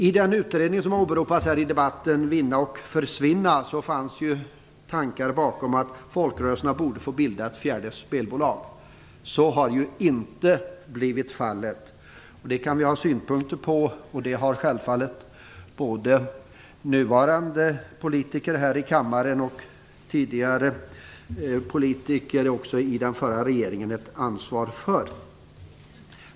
I den utredning som åberopats i debatten, Vinna och försvinna, fanns det tankar att om att folkrörelserna borde få bilda ett fjärde spelbolag. Så har det inte blivit. Det kan vi ha olika synpunkter på. Det har självfallet både nuvarande politiker och tidigare i den förra regeringen ett ansvar för.